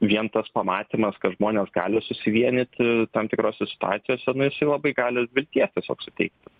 vien tas pamatymas kad žmonės gali susivienyti tam tikrose situacijose nu jisai labai gali vilties tiesiog suteikti